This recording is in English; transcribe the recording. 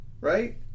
right